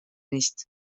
nicht